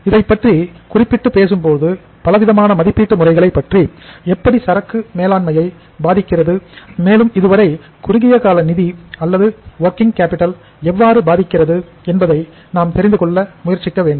இதைப் பற்றி குறிப்பிட்டு பேசும்போது பலவிதமான மதிப்பீட்டு முறைகள் எப்படி சரக்கு மேலாண்மையை பாதிக்கிறது மேலும் இதுவரை குறுகிய கால நிதி அல்லது வொர்க்கிங் கேபிட்டல் எவ்வாறு பாதிக்கிறது என்பதை நாம் தெரிந்துக் கொள்ள முயற்சிக்க வேண்டும்